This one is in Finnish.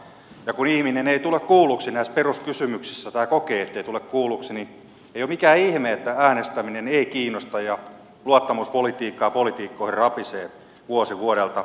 ja kun ihminen ei tule kuulluksi näissä peruskysymyksissä tai kokee ettei tule kuulluksi niin ei ole mikään ihme että äänestäminen ei kiinnosta ja luottamus politiikkaan ja poliitikkoihin rapisee vuosi vuodelta